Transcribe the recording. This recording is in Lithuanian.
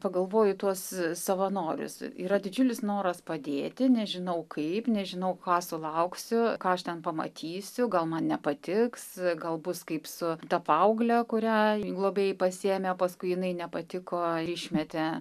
pagalvoju tuos savanorius yra didžiulis noras padėti nežinau kaip nežinau ko sulauksiu ką aš ten pamatysiu gal man nepatiks gal bus kaip su ta paaugle kurią globėjai pasiėmė paskui jinai nepatiko ir išmetė